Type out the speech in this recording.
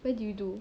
where did you do